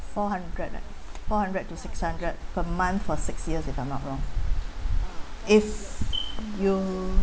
four hundred right four hundred to six hundred per month for six years if I am not wrong if you